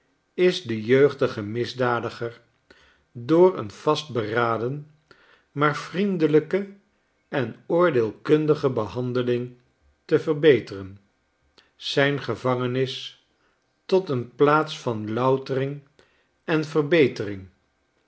is den jeugdigen misdadiger door een vastberaden maar vriendelijke enoordeelkundige behandeling te verbeteren zijn gevangenis tot een plaats van loutering en verbetering